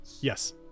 Yes